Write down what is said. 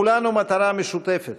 לכולנו מטרה משותפת: